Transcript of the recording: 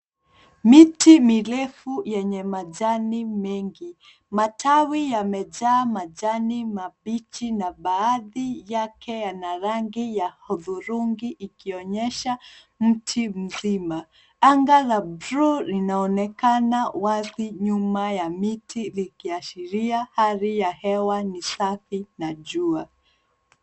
Miti mirefu yenye majani mengi. Matawi yamejaa majani mabichi na baadhi yake yana rangi ya hudhurungi likionyesha mti mzima. Anga la bluu linaonekana wazi nyuma ya miti ikiashiria hali ya hewa ni safi na jua.